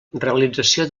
realització